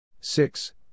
six